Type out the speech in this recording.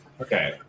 Okay